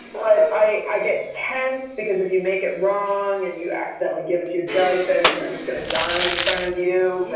but i i get tense, because if you make it wrong and you accidentally give it to your jellyfish and they're just going to die in front of you.